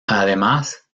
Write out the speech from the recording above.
además